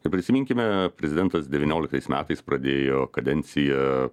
kaip prisiminkime prezidentas devynioliktais metais pradėjo kadenciją